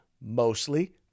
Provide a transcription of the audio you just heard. mostly